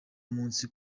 munsi